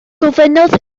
gofynnodd